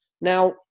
Now